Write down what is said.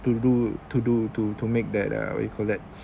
to do to do to to make that uh what you call that